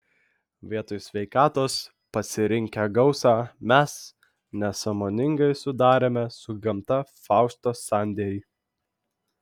vietoj sveikatos pasirinkę gausą mes nesąmoningai sudarėme su gamta fausto sandėrį